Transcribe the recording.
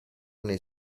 nei